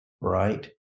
right